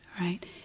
right